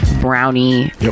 Brownie